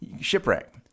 shipwreck